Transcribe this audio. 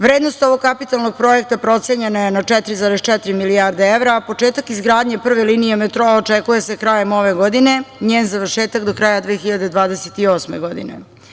Vrednost ovog kapitalnog projekta procenjena je na 4,4 milijarde evra, a početak izgradnje prve linije metroa očekuje se krajem ove godine, njen završetak do kraja 2028. godine.